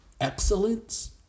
excellence